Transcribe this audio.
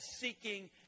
seeking